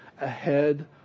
ahead